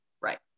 Right